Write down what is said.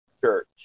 church